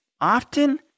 often